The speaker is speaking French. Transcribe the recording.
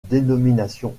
dénomination